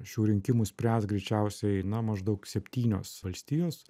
šių rinkimų spręs greičiausiai na maždaug septynios valstijos